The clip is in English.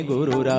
Guru